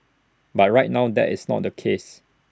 but right now that is not the case